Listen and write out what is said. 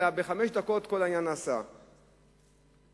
אלא כל העניין נעשה בחמש דקות.